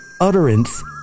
utterance